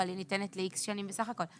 אבל היא ניתנת ל-X שנים בסך הכול.